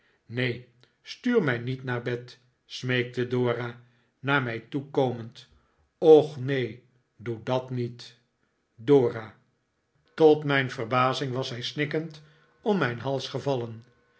neen stuur mij niet naar bed smeekte dora naar mij toe komend och neen doe dat niet dora tot mijn verbazing was zij snikkend om mijn hals gevallen